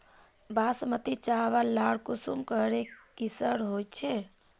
बासमती चावल लार कुंसम करे किसम होचए?